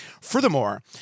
furthermore